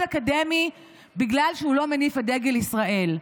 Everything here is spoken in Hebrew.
אקדמי בגלל שהוא לא מניף את דגל ישראל.